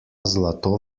zlato